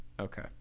Okay